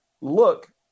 look